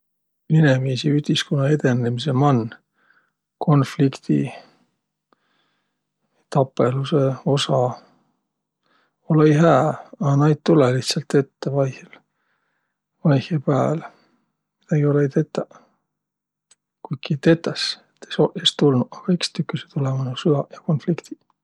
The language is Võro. Inemiisi ütiskunna edendämise man konflikti, tapõlusõ osa olõ-õi hää, a naid lihtsält tulõ ette vaihõl, vaihõpääl, ei olõq midägi tetäq. Kuiki tetäs, et es tulnuq, a iks tüküseq tulõma nuuq sõaq ja konfliktiq.